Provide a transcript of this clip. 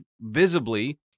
visibly